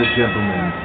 gentlemen